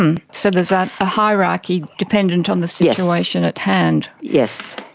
um so there's a hierarchy dependent on the situation at hand. yes.